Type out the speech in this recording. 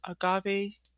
agave